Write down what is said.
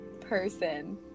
person